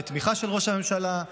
בתמיכה של ראש הממשלה,